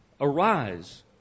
Arise